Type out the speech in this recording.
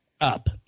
up